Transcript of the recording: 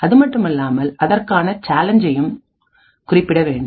அதுமட்டுமல்லாமல் அதற்கான சேலஞ்ச்செய்யும் குறிப்பிட வேண்டும்